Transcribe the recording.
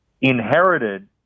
inherited